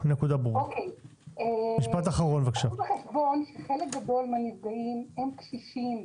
חלק גדול מהנפגעים הם קשישים.